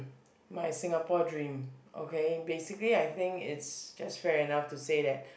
my Singapore dream okay basically I think it's just fair enough to say that